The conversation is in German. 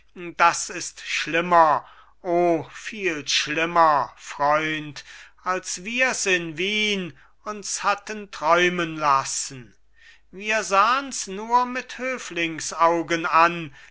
das ist schlimmer o viel schlimmer freund als wirs in wien uns hatten träumen lassen wir sahens nur mit höflingsaugen an